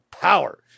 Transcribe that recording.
power